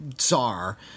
czar